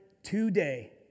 Today